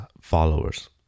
followers